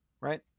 right